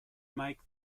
make